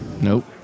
Nope